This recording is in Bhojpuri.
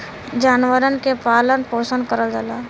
जानवरन के पालन पोसन करल जाला